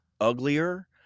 uglier